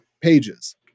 pages